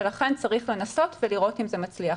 ולכן צריך לנסות ולראות אם זה מצליח,